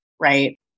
Right